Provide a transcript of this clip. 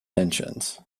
tensions